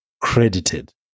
credited